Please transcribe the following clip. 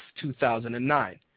2009